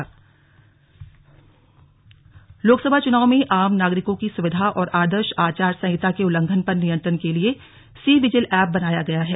slug C vigil Lok Sabha चुनाव में आम नागरिकों की सुविधा और आदर्श आचार संहिता के उल्लंघन पर नियंत्रण के लिए सी विजिल ऐप बनाया गया है